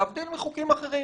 להבדיל מחוקים אחרים